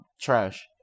trash